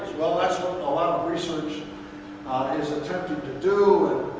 well, that's what a lot of research has attempted to do.